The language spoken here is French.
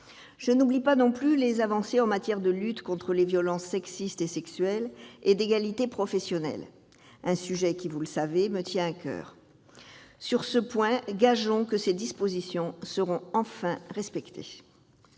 Je n'oublie pas non plus les avancées en matière de lutte contre les violences sexistes et sexuelles et d'égalité professionnelle, un sujet qui, vous le savez, me tient à coeur. Sur ce point, gageons que ces dispositions seront enfin respectées